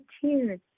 tears